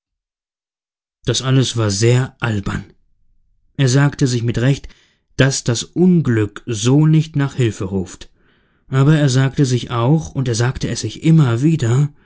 das alles war sehr albern er sagte sich mit recht daß das unglück so nicht nach hilfe ruft aber er sagte sich auch und er sagte es sich immer wieder